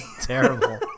terrible